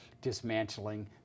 dismantling